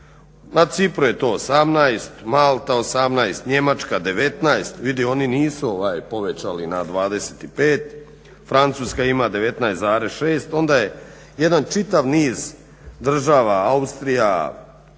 Na Cipru je to 18, Malta 18, Njemačka 19, vidi oni nisu povećali na 25, Francuska ima 19,6, onda je jedan čitav niz država Austrija,